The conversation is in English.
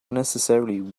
necessarily